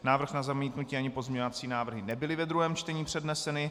Návrh na zamítnutí ani pozměňovací návrhy nebyly ve druhém čtení předneseny.